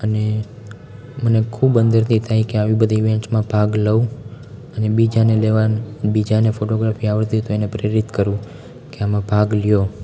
અને મને ખૂબ અંદરથી થાય કે આવી બધી ઇવેન્ટ્સમાં ભાગ લઉં અને બીજાને લેવા બીજાને ફોટોગ્રાફી આવડતી હોય તો એને પ્રેરિત કરું કે આમાં ભાગ લો